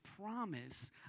promise